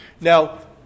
Now